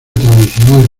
tradicional